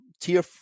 tier